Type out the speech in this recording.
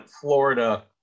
Florida